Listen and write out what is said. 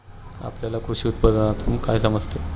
आपल्याला कृषी उत्पादनातून काय समजते?